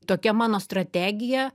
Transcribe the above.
tokia mano strategija